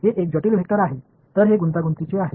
हे एक जटिल वेक्टर आहे तर हे गुंतागुंतीचे आहे